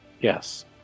Yes